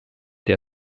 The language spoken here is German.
der